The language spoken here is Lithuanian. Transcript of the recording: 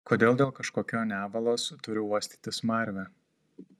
kodėl dėl kažkokio nevalos turiu uostyti smarvę